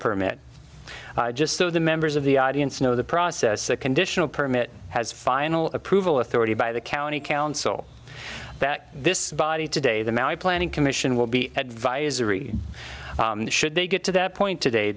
permit just so the members of the audience know the process a conditional permit has final approval authority by the county council that this body today the maui planning commission will be advisory should they get to that point today